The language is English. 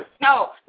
No